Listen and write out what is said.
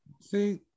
See